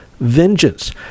vengeance